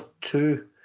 two